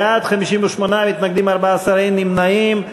בעד, 58, מתנגדים 14, אין נמנעים.